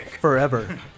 forever